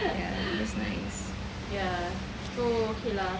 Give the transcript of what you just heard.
it is nice ya